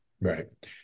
Right